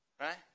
right